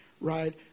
right